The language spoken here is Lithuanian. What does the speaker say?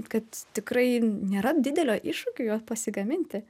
kad tikrai nėra didelio iššūkio juo pasigaminti